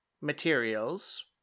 materials